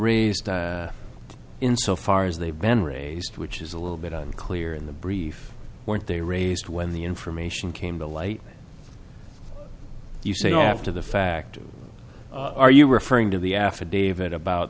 raised in so far as they've been raised which is a little bit unclear in the brief weren't they raised when the information came to light you say after the fact are you referring to the affidavit about